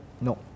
no